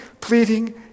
pleading